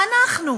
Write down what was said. אנחנו,